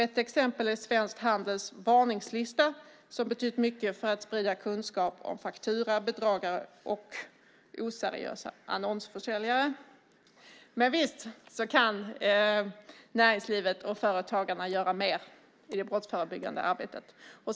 Ett exempel är Svensk Handels varningslista, som har betytt mycket för att sprida kunskap om fakturabedragare och oseriösa annonsförsäljare. Men visst kan näringslivet och företagarna göra mer i det brottsförebyggande arbetet.